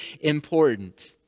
important